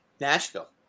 Nashville